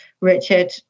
Richard